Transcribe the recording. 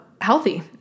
healthy